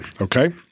okay